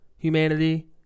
humanity